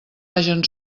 hagen